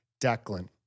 Declan